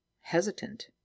hesitant